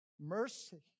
Mercy